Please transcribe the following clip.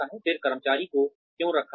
फिर कर्मचारी को क्यों रखा जाए